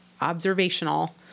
observational